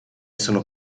sono